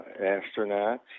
astronauts